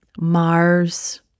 Mars